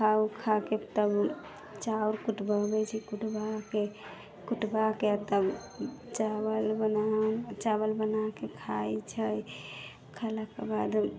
सुखा उखाके तब चाउर कुटबाबै छै कुटबाके तब चावल बनाके खाइ छै खएलाके बाद